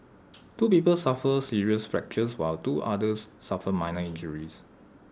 two people suffered serious fractures while two others suffered minor injuries